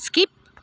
skip